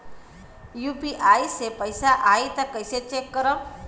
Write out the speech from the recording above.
UPI से पैसा आई त कइसे चेक खरब?